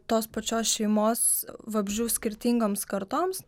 tos pačios šeimos vabzdžių skirtingoms kartoms